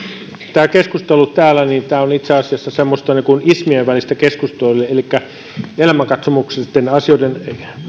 tämä keskustelu täällä on itse asiassa niin kuin ismien välistä keskustelua elikkä elämänkatsomuksellisten asioiden